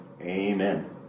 amen